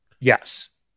yes